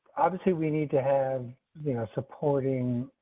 obviously we need to have supporting.